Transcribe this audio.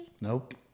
nope